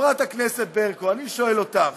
חברת הכנסת ברקו, אני שואל אותך,